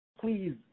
please